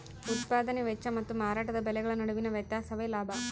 ಉತ್ಪದಾನೆ ವೆಚ್ಚ ಮತ್ತು ಮಾರಾಟದ ಬೆಲೆಗಳ ನಡುವಿನ ವ್ಯತ್ಯಾಸವೇ ಲಾಭ